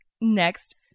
next